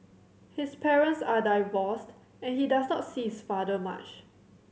his parents are divorced and he does not see his father much